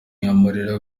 amarira